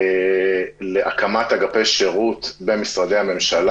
להקמת אגפי שירות במשרדי הממשלה.